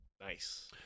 Nice